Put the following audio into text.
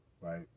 right